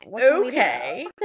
Okay